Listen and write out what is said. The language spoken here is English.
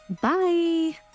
Bye